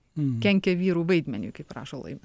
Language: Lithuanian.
kenkia vyrų vaidmeniui kaip rašo laimis